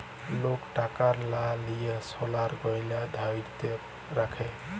lock টাকার লা দিঁয়ে সলার গহলা ধ্যইরে রাখে